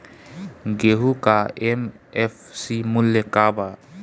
गेहू का एम.एफ.सी मूल्य का बा?